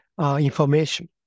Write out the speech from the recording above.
information